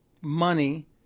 money